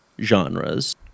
genres